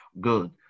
Good